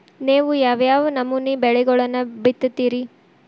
ನೇವು ಯಾವ್ ಯಾವ್ ನಮೂನಿ ಬೆಳಿಗೊಳನ್ನ ಬಿತ್ತತಿರಿ?